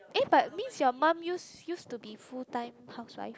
eh but means your mum use~ used to be full time housewife